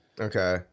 Okay